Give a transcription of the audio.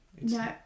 No